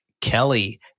Kelly